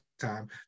time